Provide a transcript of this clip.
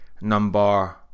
number